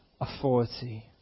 authority